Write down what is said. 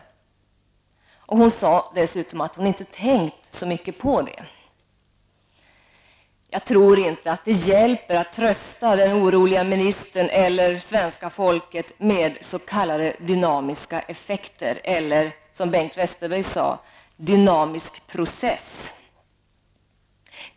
Hon sade dessutom att hon inte hade tänkt så mycket på det. Jag tror inte att det hjälper om man försöker trösta den oroliga ministern eller svenska folket med talet om s.k. dynamiska effekter, eller som Bengt Westerberg sade ''dynamiska processer''.